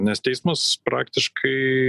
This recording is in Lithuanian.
nes teismas praktiškai